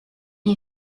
est